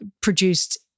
produced